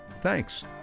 Thanks